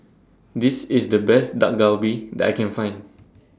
This IS The Best Dak Galbi that I Can Find